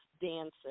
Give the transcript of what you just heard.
Dancing